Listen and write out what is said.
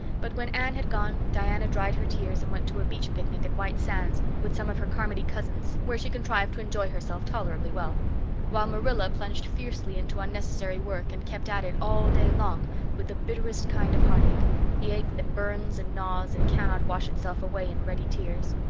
but when anne had gone diana dried her tears and went to a beach picnic at white sands with some of her carmody cousins, where she contrived to enjoy herself tolerably well while marilla plunged fiercely into unnecessary work and kept at it all day long with the bitterest kind of heartache the ache that burns and gnaws and cannot wash itself away in ready tears.